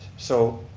so,